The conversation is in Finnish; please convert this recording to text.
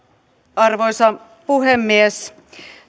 arvoisa puhemies